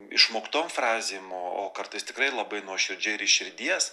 išmoktom frazėm o o kartais tikrai labai nuoširdžiai ir iš širdies